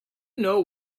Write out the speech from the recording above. know